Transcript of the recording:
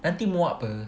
nanti muak [pe]